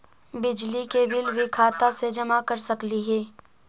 बिजली के बिल भी खाता से जमा कर सकली ही?